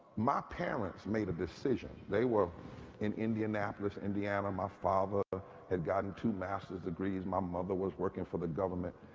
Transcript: my parents made a decision. they were in indianapolis and indiana. my father had gotten two mast ers degrees. my mother was work ing for the government.